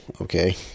okay